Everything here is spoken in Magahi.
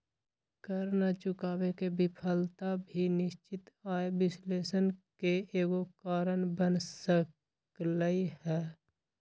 कर न चुकावे के विफलता भी निश्चित आय विश्लेषण के एगो कारण बन सकलई ह